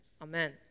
Amen